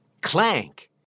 Clank